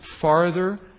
farther